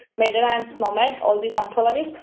mater and snowman, all these entrepreneurs,